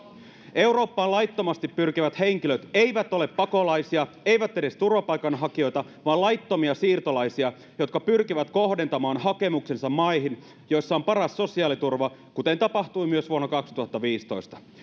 eurooppaan laittomasti pyrkivät henkilöt eivät ole pakolaisia eivät edes turvapaikanhakijoita vaan laittomia siirtolaisia jotka pyrkivät kohdentamaan hakemuksensa maihin joissa on paras sosiaaliturva kuten tapahtui myös vuonna kaksituhattaviisitoista